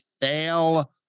fail